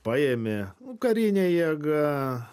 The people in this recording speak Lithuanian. paėmė karine jėga